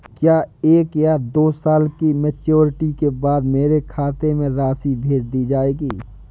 क्या एक या दो साल की मैच्योरिटी के बाद मेरे खाते में राशि भेज दी जाएगी?